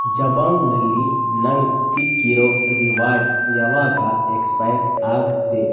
ಜಬಾಂಗ್ನಲ್ಲಿ ನಂಗೆ ಸಿಕ್ಕಿರೋ ರಿವಾರ್ಡ್ ಯಾವಾಗ ಎಕ್ಸ್ಪೈರ್ ಆಗುತ್ತೆ